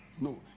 No